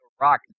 rock